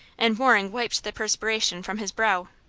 and waring wiped the perspiration from his brow.